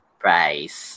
price